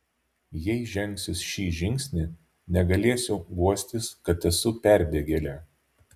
jei žengsiu šį žingsnį negalėsiu guostis kad esu perbėgėlė